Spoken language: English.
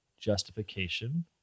justification